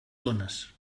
tones